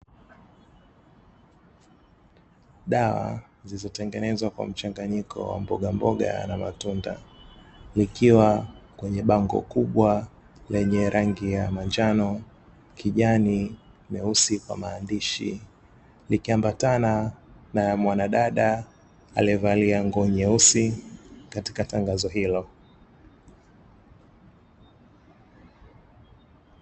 Dawa zilizotengenezwa kwa mchanganyiko wa mbogamboga na matunda, zikiwa kwenye bango kubwa lenye rangi ya manjano, kijani, na meusi kwa maandishi, likiambatana na mwanadada aliyevalia nguo nyeusi katika tangazo hilo.